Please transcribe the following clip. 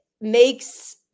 makes